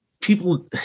people